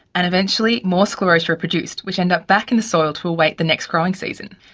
and eventually more sclerotia are produced, which end up back in the soil to await the next growing season.